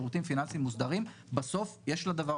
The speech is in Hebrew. שיפור מצב המבוטחים והחוסכים, יש פה הרבה